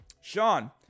Sean